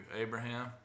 Abraham